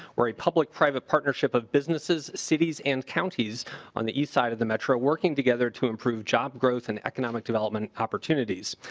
a public-private partnership of businesses cities and counties on the side of the metro working together to improve job growth and economic develop an opportunity.